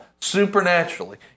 supernaturally